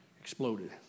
exploded